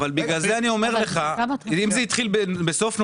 לכן אני אומר לך שאם זה התחיל בסוף נובמבר,